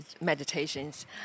meditations